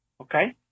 Okay